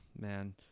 man